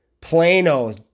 Plano